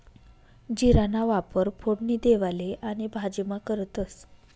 जीराना वापर फोडणी देवाले आणि भाजीमा करतंस